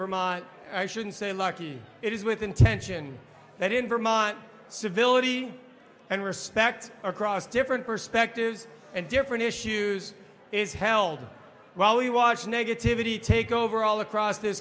vermont and i shouldn't say lucky it is with intention that in vermont civility and respect across different perspectives and different issues is held while we watch negativity take over all across th